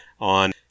on